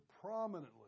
prominently